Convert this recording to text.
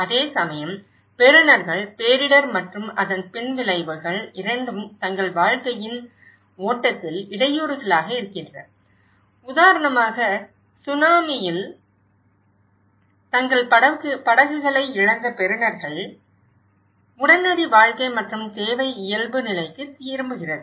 அதேசமயம் பெறுநர்கள் பேரிடர் மற்றும் அதன் பின்விளைவுகள் இரண்டும் தங்கள் வாழ்க்கையின் ஓட்டத்தில் இடையூறுகளாக இருக்கின்றன உதாரணமாக சுனாமியில் தங்கள் படகுகளை இழந்த பெறுநர்கள் உடனடி வாழ்க்கை மற்றும் தேவை இயல்பு நிலைக்கு திரும்புகிறது